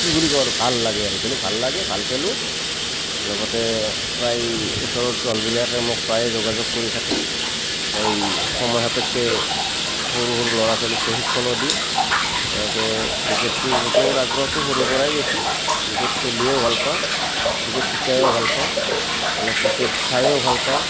কি বুলি কওঁ আৰু ভাল লাগে আৰু খেলি ভাল লাগে ভাল খেলোঁ লগতে প্ৰায় ওচৰৰ দলবিলাকে মোক প্ৰায়ে যোগযোগ কৰি থাকে মই সময় সাপেক্ষে সৰু সৰু ল'ৰা ছোৱালীক প্ৰশিক্ষণো দিওঁ এনেকৈ ক্ৰিকেটটোৰ প্ৰতি আগ্ৰহটো মোৰ সৰুৰ পৰাই বেছি ক্ৰিকেট খেলিও ভাল পাওঁ ক্ৰিকেট শিকাইয়ো ভাল পাওঁ মানে ক্ৰিকেট চাইও ভাল পাওঁ